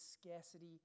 scarcity